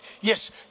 Yes